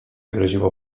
groziło